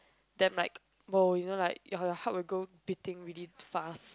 damn like !woah! you know like your heart will go beating really fast